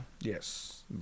Yes